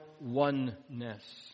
oneness